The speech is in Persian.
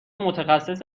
متخصص